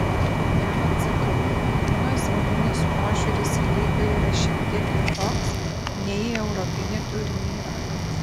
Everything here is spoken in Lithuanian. jam atsakiau kad mano asmeninis požiūris į lygą yra šiek tiek kitoks nei į europinį turnyrą